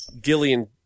Gillian